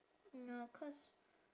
ya cause